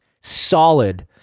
solid